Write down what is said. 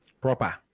Proper